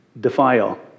defile